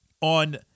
on